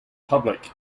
public